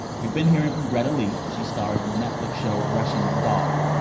we've been hearing from greta lee. she stars in the netflix show russian doll.